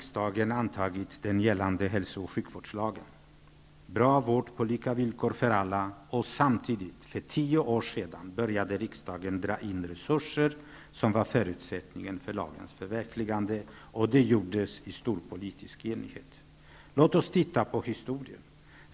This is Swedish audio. Samtidigt, för tio år sedan, började riksdagen dra in resurser som var förutsättningen för lagens förverkligande. Det gjordes i stor politisk enighet. Låt oss titta på historien.